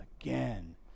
again